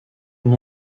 mon